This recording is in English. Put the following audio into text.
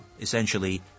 essentially